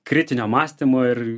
kritinio mąstymo ir